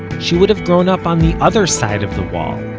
she would have grown up on the other side of the wall.